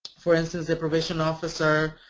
for instance, a probation officer